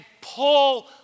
pull